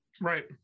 right